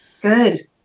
Good